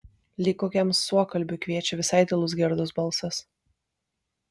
lyg kokiam suokalbiui kviečia visai tylus gerdos balsas